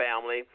family